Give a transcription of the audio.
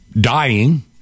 dying